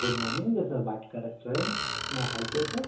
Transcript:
good morning this is Vatika restaurant may I help you sir